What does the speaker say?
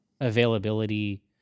availability